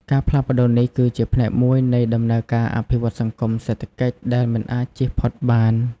ការផ្លាស់ប្ដូរនេះ គឺជាផ្នែកមួយនៃដំណើរការអភិវឌ្ឍន៍សង្គម-សេដ្ឋកិច្ចដែលមិនអាចជៀសផុតបាន។